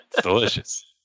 delicious